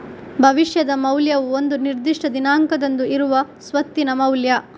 ಭವಿಷ್ಯದ ಮೌಲ್ಯವು ಒಂದು ನಿರ್ದಿಷ್ಟ ದಿನಾಂಕದಂದು ಇರುವ ಸ್ವತ್ತಿನ ಮೌಲ್ಯ